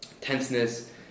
tenseness